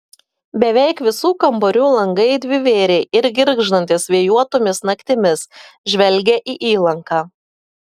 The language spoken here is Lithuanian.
beveik visų kambarių langai dvivėriai ir girgždantys vėjuotomis naktimis žvelgia į įlanką